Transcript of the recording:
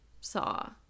saw